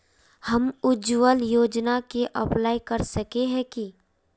हम उज्वल योजना के अप्लाई कर सके है की?